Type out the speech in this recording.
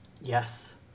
yes